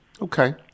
Okay